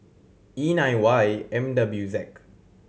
E nine Y M W Z